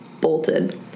bolted